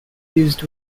used